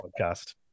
podcast